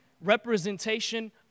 representation